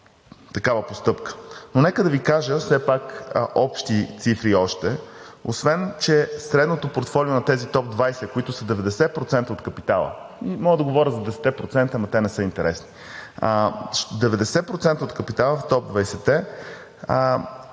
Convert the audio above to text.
такава постъпка. Но нека да Ви кажа все пак още общи цифри. Освен че средното портфолио на тези топ 20, които са 90% от капитала, мога да говоря за 10-те процента, но те не са интересни, 90% от капитала в топ 20-те